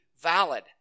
valid